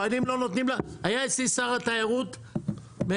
אם לא נותנים, היה אצלי שר התיירות באזרבייג'אן.